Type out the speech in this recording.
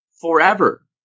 forever